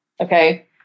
Okay